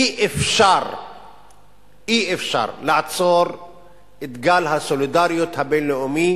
אי-אפשר לעצור את גל הסולידריות הבין-לאומי